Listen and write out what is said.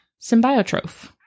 symbiotroph